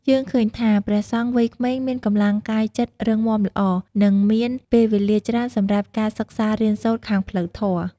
យើងឃើញថា ព្រះសង្ឃវ័យក្មេងមានកម្លាំងកាយចិត្តរឹងមាំល្អ និងមានពេលវេលាច្រើនសម្រាប់ការសិក្សារៀនសូត្រខាងផ្លូវធម៌។